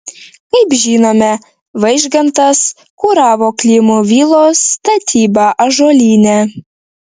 kaip žinome vaižgantas kuravo klimų vilos statybą ąžuolyne